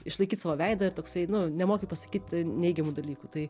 išlaikyt savo veidą ir toksai nu nemoki pasakyt neigiamų dalykų tai